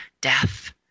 death